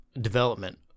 development